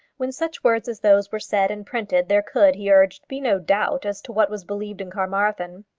when such words as those were said and printed there could, he urged, be no doubt as to what was believed in carmarthen.